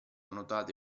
nuotate